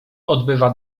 odbywa